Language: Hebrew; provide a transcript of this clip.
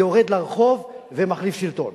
יורד לרחוב ומחליף שלטון.